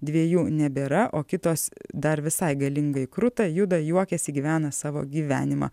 dviejų nebėra o kitos dar visai galingai kruta juda juokiasi gyvena savo gyvenimą